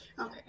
Okay